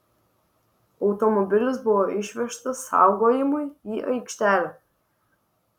automobilis buvo išvežtas saugojimui į aikštelę